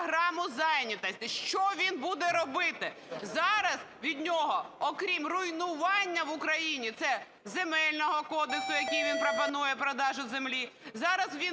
зайнятості, що він буде робити. Зараз від нього, окрім руйнування в Україні, це Земельного кодексу, який він пропонує, продажу землі, зараз він